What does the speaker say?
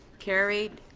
carried.